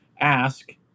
Ask